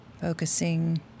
focusing